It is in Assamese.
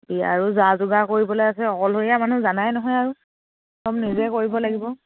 এয়া আৰু যা যোগাৰ কৰিবলৈ আছে অকলৰীয়া মানুহ জানাই নহয় আৰু চব নিজেই কৰিব লাগিব